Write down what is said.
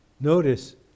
Notice